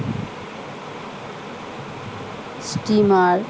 steamer